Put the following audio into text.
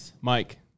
Mike